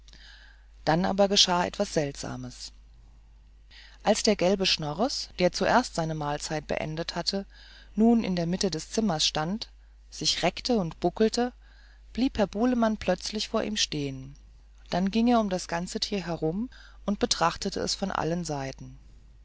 dann aber geschah etwas seltsames als der gelbe schnores der zuerst seine mahlzeit beendet hatte nun in der mitte des zimmers stand sich reckte und buckelte blieb herr bulemann plötzlich vor ihm stehen dann ging er um das tier herum und betrachtete es von allen seiten